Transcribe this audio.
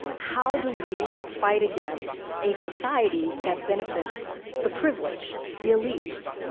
how do we fight against a society that benefits the privileged, the elites?